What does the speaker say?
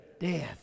Death